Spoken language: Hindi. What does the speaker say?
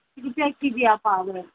रिचार्ज कीजिए आप कार्ड में